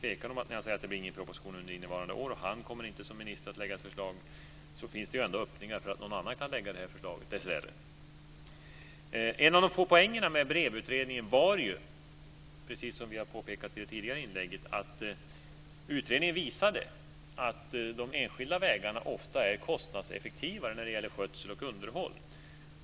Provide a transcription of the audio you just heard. Han säger att det inte blir någon proposition under innevarande år och att han som minister inte kommer att lägga fram förslag. Men det finns ändå öppningar för att någon annan kan göra det, dessvärre. En av de få poängerna med BREV-utredningen var, precis som vi har påpekat i tidigare inlägg, att den visade att de enskilda vägarna oftast är kostnadseffektivare när det gäller skötsel och underhåll.